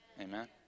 Amen